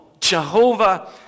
Jehovah